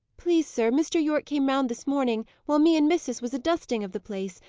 please, sir, mr. yorke came round this morning, while me and missis was a dusting of the place,